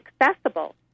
accessible